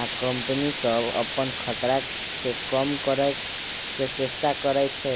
आ कंपनि सभ अप्पन खतरा के कम करए के चेष्टा करै छै